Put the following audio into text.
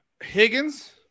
Higgins